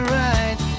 right